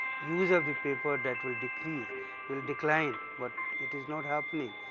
use of the paper that will decrease will decline. but it is not happening,